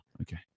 okay